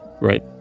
Right